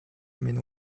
мени